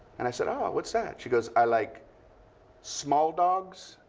and i said, oh, what's that? she goes, i like small dogs.